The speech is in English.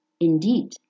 Indeed